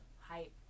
hype